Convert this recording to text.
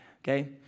okay